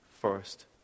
first